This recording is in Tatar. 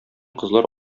кызлар